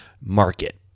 market